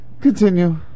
Continue